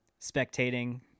spectating